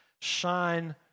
shine